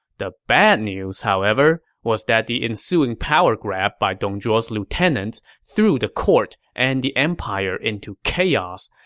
the bad news, however, was that the ensuing power grab by dong zhuo's lieutenants threw the court and the empire into chaos,